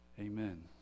Amen